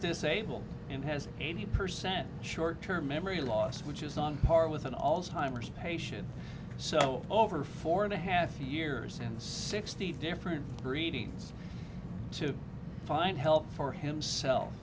disabled and has eighty percent short term memory loss which is on par with an all the time or patience so over four and a half years and sixty different readings to find help for himself